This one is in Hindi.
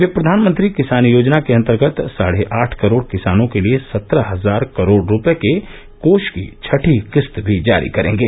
वे प्रधानमंत्री किसान योजना के अंतर्गत साढ़े आठ करोड़ किसानों के लिए सत्रह हजार करोड़ रुपये के कोष की छठी किस्त भी जारी करेंगे